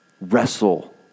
Wrestle